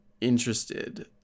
interested